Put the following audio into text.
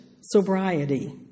sobriety